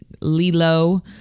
Lilo